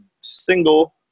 single